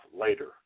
later